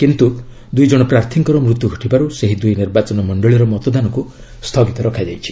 କିନ୍ତୁ ଦୁଇଜଣ ପ୍ରାର୍ଥୀଙ୍କର ମୃତ୍ୟୁ ଘଟିବାରୁ ସେହି ଦୁଇ ନିର୍ବାଚନ ମଣ୍ଡଳୀର ମତଦାନକୁ ସ୍ଥଗିତ ରଖାଯାଇଛି